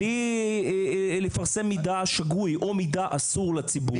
בלי לפרסם מידע שגוי או מידע אסור לציבור.